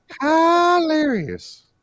Hilarious